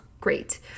great